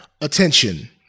attention